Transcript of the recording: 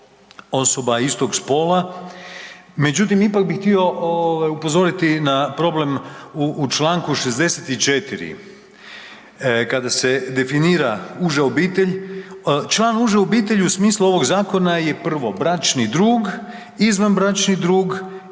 osoba istog spola. Međutim, ipak bih htio ovaj upozoriti na problem u čl. 64. kada se definira uža obitelj. Član uže obitelji u smislu ovog zakona je prvo bračni drug, izvanbračni drug,